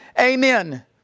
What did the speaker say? Amen